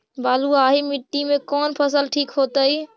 बलुआही मिट्टी में कौन फसल ठिक होतइ?